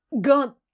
God